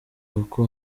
kuko